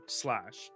slash